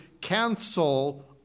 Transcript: cancel